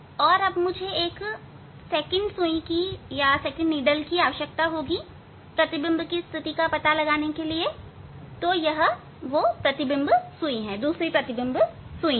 और एक दूसरी सुई मुझे प्रतिबिंब की स्थिति का पता लगाने के लिए आवश्यकता होगी तो यह प्रतिबिंब सुई है